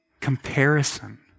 Comparison